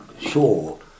sure